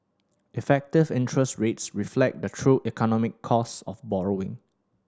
effective interest rates reflect the true economic cost of borrowing